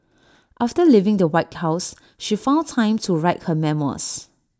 after leaving the white house she found time to write her memoirs